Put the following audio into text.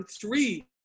three